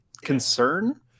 concern